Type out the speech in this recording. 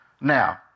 Now